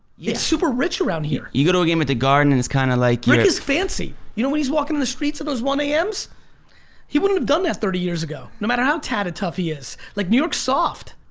yeah it's super rich around here you go to a game at the garden and it's kind of like yeah rick is fancy you know when he's walking the streets of those one am's he wouldn't have done that thirty years ago no matter how tad a tough he is like new york's soft.